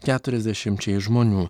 keturiasdešimčiai žmonių